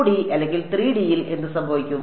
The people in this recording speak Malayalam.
2D അല്ലെങ്കിൽ 3D യിൽ എന്ത് സംഭവിക്കും